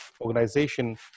organization